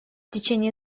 течение